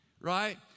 right